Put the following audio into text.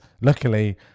Luckily